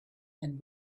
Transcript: then